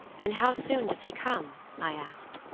and how soon does he come? i asked.